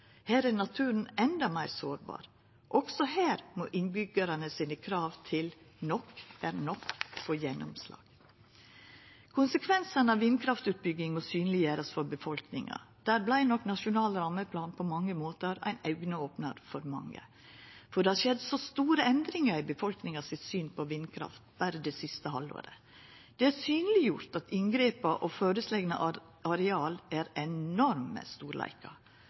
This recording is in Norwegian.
Her er naturen endå meir sårbar. Også her må innbyggjarane sine krav til «nok er nok» få gjennomslag. Konsekvensane av vindkraftutbygging må synleggjerast for befolkninga. Der vart nok den nasjonale rammeplanen på mange måtar ein augeopnar for mange. For det har skjedd så store endringar i befolkninga sitt syn på vindkraft berre i det siste halvåret. Det er synleggjort at inngrepa og føreslegne areal er enorme storleikar.